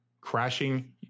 crashing